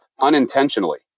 unintentionally